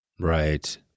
Right